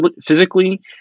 physically